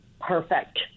perfect